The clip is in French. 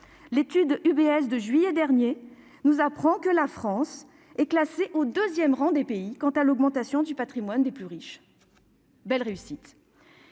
banque UBS de juillet 2020 nous apprend que la France est classée au deuxième rang des pays pour l'augmentation du patrimoine des plus riches. Belle réussite !